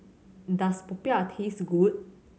does popiah taste good